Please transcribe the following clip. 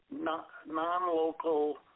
non-local